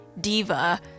diva